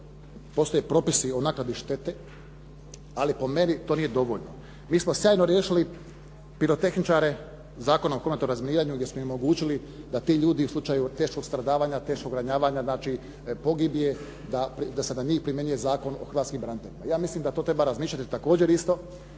postoje propisi o naknadi štete ali po meni to nije dovoljno, mi smo sjajno riješili pirotehničare, Zakonom o …/Govornik se ne razumije./… razminiranju gdje smo im omogućili da ti ljudi u slučaju teškog stradavanja, teškog ranjavanja znači pogibije da se na njih primjenjuje Zakon o hrvatskim braniteljima. Ja mislim da tu treba razmišljati također isto